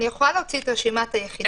אני יכולה להוציא את רשימת היחידות.